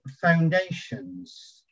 foundations